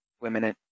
women